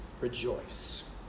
Rejoice